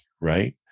right